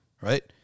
right